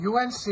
UNC